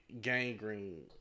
Gangrene